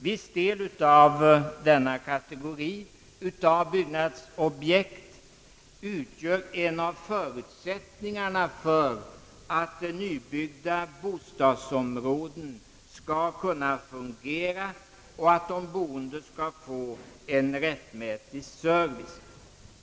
Viss del av denna kategori av byggnadsobjekt utgör en förutsättning för att nybyggda områden skall kunna fungera och för att de boende skall få en rättmätig service.